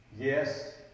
Yes